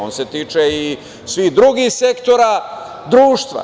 On se tiče i svih drugih sektora društva.